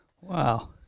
Wow